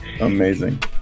Amazing